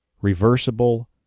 reversible